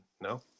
no